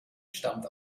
stammt